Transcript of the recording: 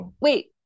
wait